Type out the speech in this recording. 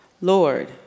Lord